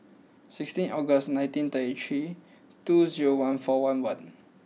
sixteen August nineteen thirty three two zero one four one one